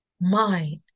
mind